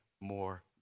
more